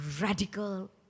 radical